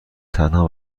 تنها